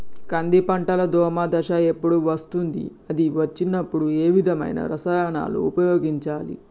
కంది పంటలో దోమ దశ ఎప్పుడు వస్తుంది అది వచ్చినప్పుడు ఏ విధమైన రసాయనాలు ఉపయోగించాలి?